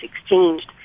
exchanged